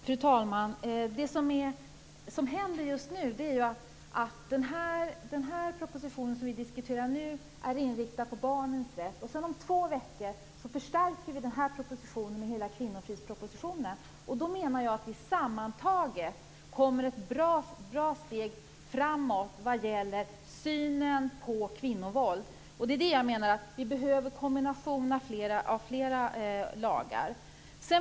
Fru talman! Den proposition som vi nu diskuterar är inriktad på barnens rätt. Om två veckor förstärker vi den här propositionen med hela kvinnofridspropositionen. Då menar jag att vi sammantaget kommer ett bra steg framåt vad gäller synen på kvinnovåld. Vi behöver en kombination av flera lagar.